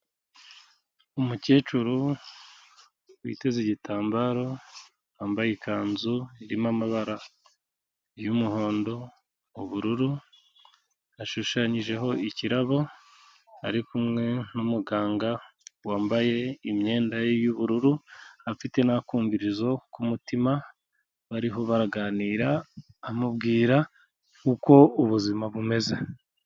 Umukecuru witeze igitambaro, wambaye ikanzu irimo amabara y'umuhondo, ubururu, hashushanyijeho ikirabo, ari kumwe n'umuganga wambaye imyenda ye y'ubururu afite n'akumvirizo k'umutima bariho baraganira amubwira uko ubuzima bumeze.